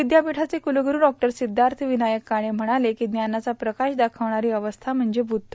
विद्यापीठाचे कुलग्ररू डॉ सिद्धार्थविनायक काणे म्हणाले की ज्ञानाचा प्रकाश दाखणारी अवस्था म्हणजे बुद्ध